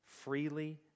freely